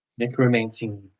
Necromancing